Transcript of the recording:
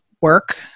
work